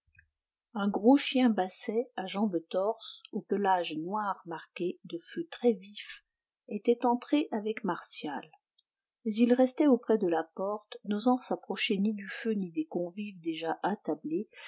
un gros chien basset à jambes torses au pelage noir marqué de feux très vifs était entré avec martial mais il restait auprès de la porte n'osant s'approcher ni du feu ni des convives déjà attablés